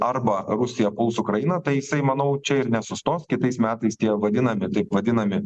arba rusija puls ukrainą tai jisai manau čia ir nesustos kitais metais tie vadinami taip vadinami